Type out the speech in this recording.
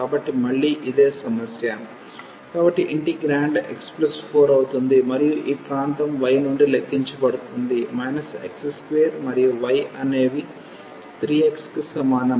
కాబట్టి మళ్లీ ఇదే సమస్య కాబట్టి ఇంటిగ్రెండ్ x4 అవుతుంది మరియు ఈ ప్రాంతం y నుండి లెక్కించబడుతుంది x2 మరియు y అనేవి 3x కి సమానం